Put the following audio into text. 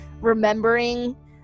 remembering